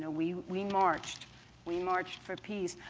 ah we we marched we marched for peace.